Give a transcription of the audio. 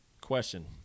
Question